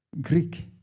Greek